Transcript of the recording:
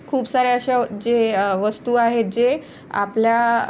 खूप साऱ्या अशा जे वस्तू आहेत जे आपल्या